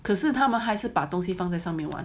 可是他们还是把东西放在上面玩